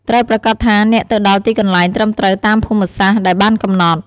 ត្រូវប្រាកដថាអ្នកទៅដល់ទីកន្លែងត្រឹមត្រូវតាមភូមិសាស្រ្តដែលបានកំណត់។